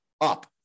up